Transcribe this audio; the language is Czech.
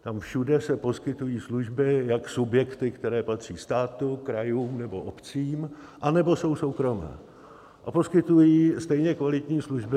Tam všude poskytují služby jak subjekty, které patří státu, krajům nebo obcím, anebo jsou soukromé a poskytují stejně kvalitní služby.